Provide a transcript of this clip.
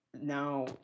now